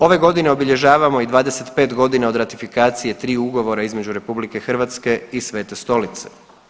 Ove godine obilježavamo i 25 godina od ratifikacije triju ugovora između RH i Svete Stolice.